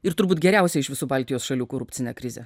ir turbūt geriausią iš visų baltijos šalių korupcinę krizę